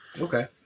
Okay